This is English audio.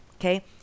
Okay